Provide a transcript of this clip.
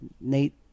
Nate